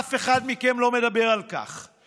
ואף אחד מכם לא מדבר על כך,